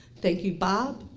thank you bob.